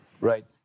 Right